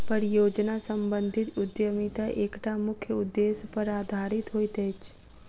परियोजना सम्बंधित उद्यमिता एकटा मुख्य उदेश्य पर आधारित होइत अछि